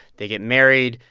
they get married.